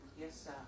Yes